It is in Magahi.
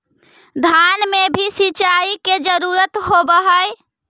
धान मे भी सिंचाई के जरूरत होब्हय?